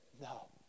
no